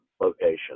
location